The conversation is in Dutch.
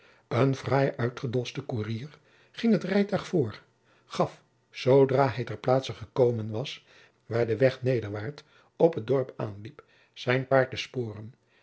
een fraai uitgedoschte koerier ging het rijtuig voor gaf zoodra hij ter plaatse gekomen was waar de weg nederwaart op het dorp aanliep zijn paard de sporen